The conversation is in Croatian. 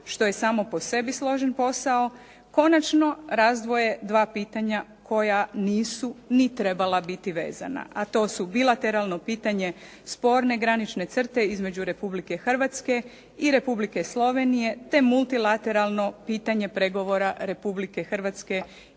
što je samo po sebi složen posao, konačno razdvoje dva pitanja koja nisu ni trebala biti vezana, a to su bilateralno pitanje sporne granične crte između Republike Hrvatske i Republike Slovenije, te multilateralno pitanje pregovora Republike Hrvatske